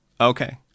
Okay